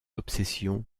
obsession